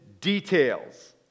details